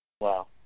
Wow